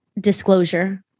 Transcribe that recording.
Disclosure